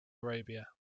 arabia